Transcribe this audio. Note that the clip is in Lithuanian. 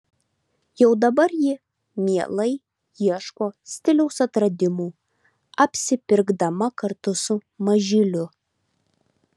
jau dabar ji mielai ieško stiliaus atradimų apsipirkdama kartu su mažyliu